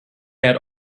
had